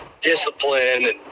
discipline